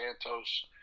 Santos